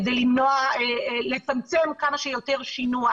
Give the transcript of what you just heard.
כדי לצמצם כמה שיותר שינוע,